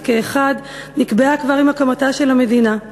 כאחד נקבעה כבר עם הקמתה של המדינה.